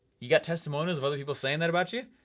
you got testimonials of other people saying that about you?